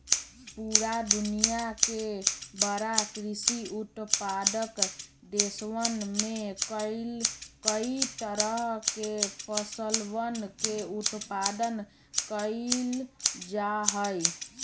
पूरा दुनिया के बड़ा कृषि उत्पादक देशवन में कई तरह के फसलवन के उत्पादन कइल जाहई